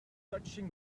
touching